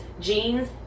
jeans